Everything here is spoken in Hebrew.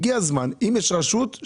אם יש רשות,